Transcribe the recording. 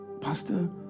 Pastor